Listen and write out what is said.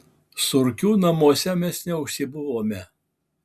surkių namuose mes neužsibuvome